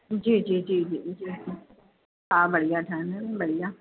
जी जी जी जी जी हा बढ़िया ठाहींदमि बढ़िया